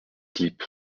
clip